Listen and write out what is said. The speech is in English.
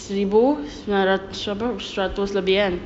seribu sembilan ratus seratus lebih kan